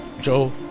Joe